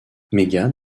megan